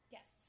Yes